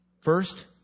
First